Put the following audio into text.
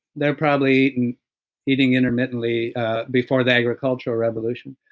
they're probably eating intermittently before the agricultural revolution.